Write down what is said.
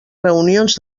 reunions